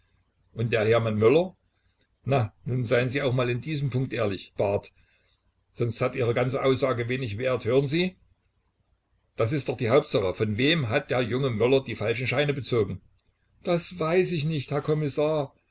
und der hermann möller na nun seien sie mal auch in diesem punkt ehrlich barth sonst hat ihre ganze aussage wenig wert hören sie das ist doch die hauptsache von wem hat der junge möller die falschen scheine bezogen das weiß ich nicht herr kommissar